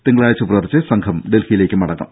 തിങ്കളാഴ്ച പുലർച്ചെ സംഘം ഡൽഹിയിലേക്ക് മടങ്ങും